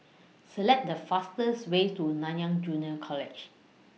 Select The fasters Way to Nanyang Junior College